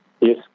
yes